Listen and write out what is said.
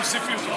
התשע"ה 2015,